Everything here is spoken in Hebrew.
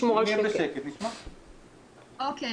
לא הוגשו כתבי אישום,